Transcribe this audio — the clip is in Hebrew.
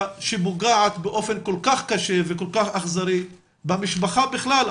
שפוגעת באופן כל כך קשה וכל כך אכזרי במשפחה בכלל,